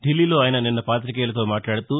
ఢిల్లీలో ఆయన నిన్న పాతికేయులతో మాట్లాదుతూ